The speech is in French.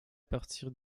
partir